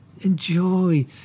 Enjoy